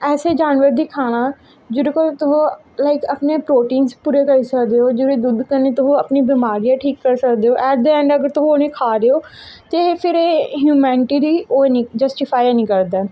ऐसे जानबर गी खाना जेह्दे कोला तुस इक अपने प्रोटीन पूरे करी सकदे ओ जेह्दे दुद्ध कन्नै तुस अपनी बमारियां ठीक करी सकदे ओ ऐट दी ऐंड अगर तुस उ'नेंगी खा दे ओ ते फिर एह् हयूमैनटी गी ओह् निं जस्टीफाई निं करदा